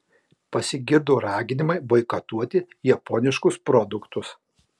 pasigirdo raginimai boikotuoti japoniškus produktus